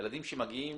ילדים שמגיעים